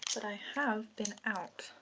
but i have been out.